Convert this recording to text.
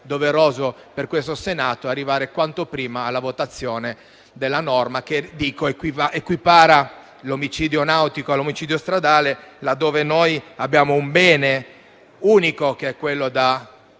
doveroso per questo Senato arrivare quanto prima alla votazione della norma che equipara l'omicidio nautico a quello stradale, laddove abbiamo un bene unico da tutelare,